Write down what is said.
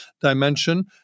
dimension